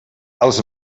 els